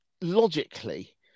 logically